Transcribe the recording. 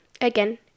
again